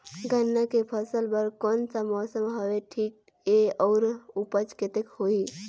गन्ना के फसल बर कोन सा मौसम हवे ठीक हे अउर ऊपज कतेक होही?